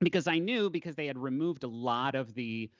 because i knew because they had removed a lot of the